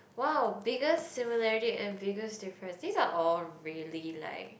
!wow! biggest similarity and biggest difference this are all really like